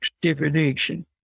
divination